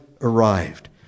arrived